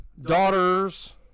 Daughter's